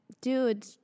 dude